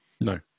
No